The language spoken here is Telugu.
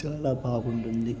చాలా బాగుంటుంది